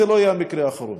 זה לא יהיה המקרה האחרון.